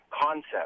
concept